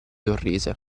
sorrise